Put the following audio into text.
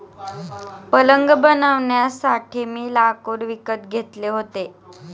पलंग बनवण्यासाठी मी लाकूड विकत घेतले होते